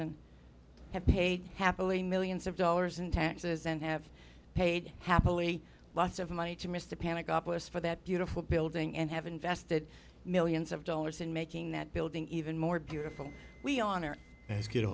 and have paid happily millions of dollars in taxes and have paid happily lots of money to mr panic office for that beautiful building and have invested millions of dollars in making that building even more beautiful we honor and get a